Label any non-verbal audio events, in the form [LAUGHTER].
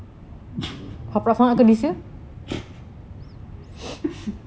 [LAUGHS]